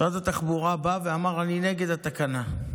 ומשרד התחבורה בא ואמר: אני נגד התקנה.